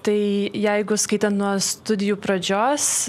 tai jeigu skaitant nuo studijų pradžios